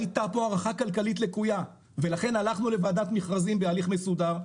הייתה פה הערכה כלכלית לקויה ולכן הלכנו לוועדת מכרזים בהליך מסודר,